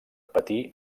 patir